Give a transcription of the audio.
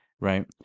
right